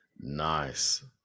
Nice